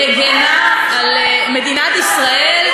אני מגינה על מדינת ישראל,